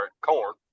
corn